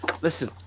Listen